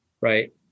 right